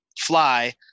fly